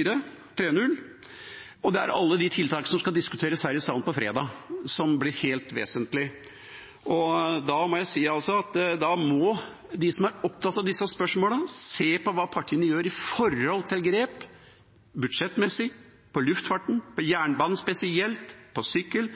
eller 4? Alle tiltakene som skal diskuteres her i salen fredag, blir helt vesentlig. Da må jeg si at de som er opptatt av disse spørsmålene, må se på hva partiene gjør når det gjelder grep budsjettmessig – på luftfarten, på jernbanen spesielt, på sykkel,